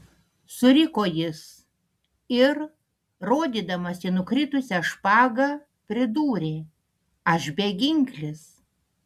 suriko jis ir rodydamas į nukritusią špagą pridūrė aš beginklis